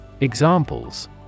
Examples